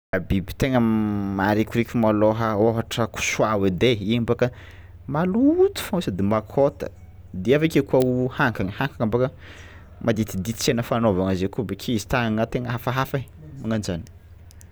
Biby tegna maharikoriko malôha ôhatra kisoa edy ai igny bôka maloto fao sady makôta de avy akeo koa o hankagna, hankagna bôka maditidity tsy hainà fangnaovagna zay koa bake izy tàgnanà tegna hafahafa e magnan-jany.